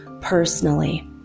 personally